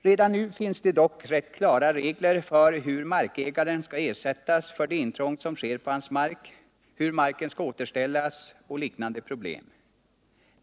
Redan nu finns dock rätt klara regler för hur markägaren skall ersättas för det intrång som sker på hans mark, hur marken skall återställas och liknande problem.